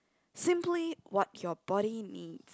simply what your body needs